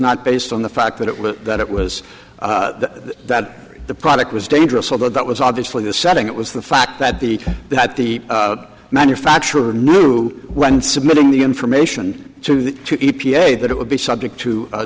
not based on the fact that it was that it was that the product was dangerous although that was obviously the setting it was the fact that the that the manufacturer knew when submitting the information to the e p a that it would be subject to